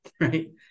right